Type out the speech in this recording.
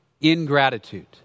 ingratitude